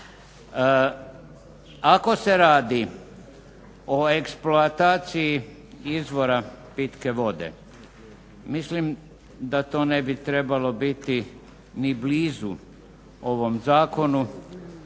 Ako se radi o eksploataciji izvora pitke vode mislim da to ne bi trebalo biti ni blizu ovom zakonu.